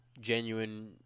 genuine